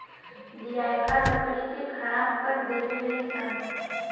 दियाका लकड़ी के खराब कर देवे ले सन